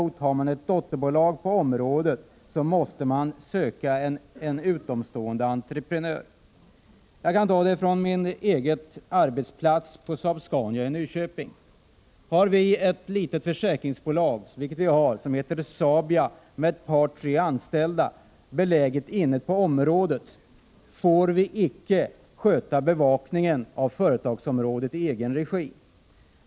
Har man däremot ett dotterbolag på området måste man anlita en utomstående entreprenör. Jag kan anföra exempel från min egen arbetsplats på Saab-Scania i Nyköping. Vi har ett litet försäkringsbolag, som heter Saabia, med ett par tre anställda, beläget inom området. Vi får då icke sköta bevakningen av företagsområdet i egen regi.